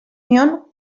nion